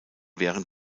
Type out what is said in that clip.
während